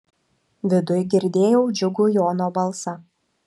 viduj girdėjau džiugų jono balsą